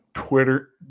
Twitter